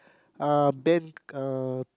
uh band uh